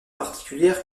particulières